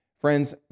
Friends